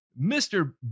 Mr